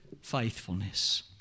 Faithfulness